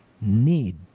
need